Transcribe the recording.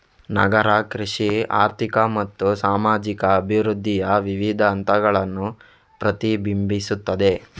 ನಗರ ಕೃಷಿ ಆರ್ಥಿಕ ಮತ್ತು ಸಾಮಾಜಿಕ ಅಭಿವೃದ್ಧಿಯ ವಿವಿಧ ಹಂತಗಳನ್ನು ಪ್ರತಿಬಿಂಬಿಸುತ್ತದೆ